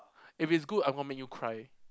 if it's good I'm gonna make you cry